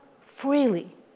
freely